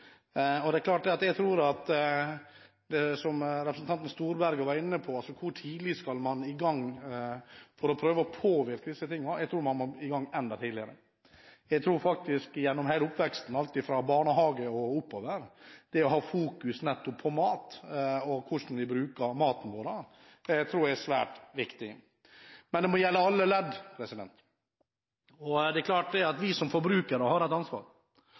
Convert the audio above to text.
gang for å prøve å påvirke disse tingene? Jeg tror man må i gang tidligere. Jeg tror faktisk at det gjennom hele oppveksten, fra barnehage og oppover, er svært viktig å fokusere nettopp på mat og hvordan vi bruker maten. Men det må gjelde alle ledd. Det er klart at vi som forbrukere har et ansvar.